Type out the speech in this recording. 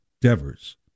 Devers